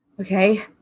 Okay